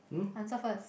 answer first